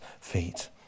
feet